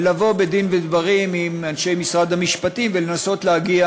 ולבוא בדין ודברים עם אנשי משרד המשפטים ולנסות להגיע